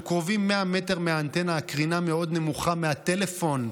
קרובים 100 מטר מאנטנה הקרינה מאוד נמוכה מהטלפון,